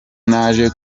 naje